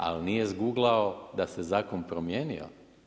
A nije izguglao da se zakon promijenio.